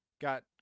Got